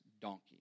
donkey